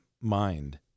Mind